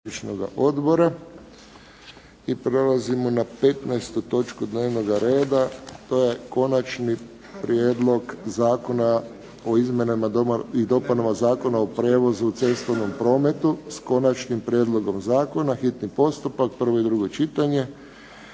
odbora. I prelazimo na 15. točku dnevnoga reda. To je - Konačni prijedlog zakona o izmjenama i dopunama Zakona o prijevozu u cestovnom prometu, hitni postupak, prvo i drugo čitanje,